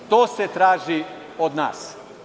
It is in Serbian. To se traži od nas.